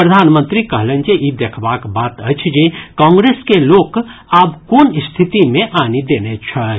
प्रधानमंत्री कहलनि जे ई देखबाक बात अछि जे कांग्रेस के लोक आब कोन स्थिति मे आनि देने छथि